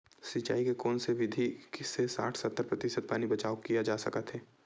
सिंचाई के कोन से विधि से साठ सत्तर प्रतिशत पानी बचाव किया जा सकत हे?